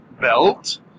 Belt